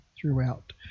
throughout